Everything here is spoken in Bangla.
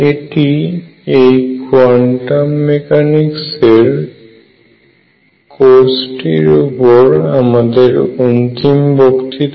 এটি এই কোয়ান্টাম মেকানিক্সের এর কোর্সটির উপর আমাদের অন্তিম বক্তৃতা